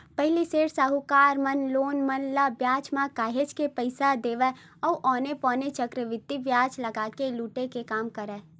पहिली सेठ, साहूकार मन ह लोगन मन ल बियाज म काहेच के पइसा देवय अउ औने पौने चक्रबृद्धि बियाज लगा के लुटे के काम करय